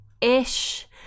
ish